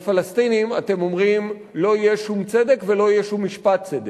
לפלסטינים אתם אומרים: לא יהיה שום צדק ולא יהיה שום משפט צדק,